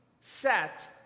set